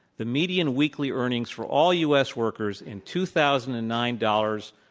the median weekly earnings for all us workers in two thousand and nine dollars,